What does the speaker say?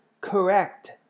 correct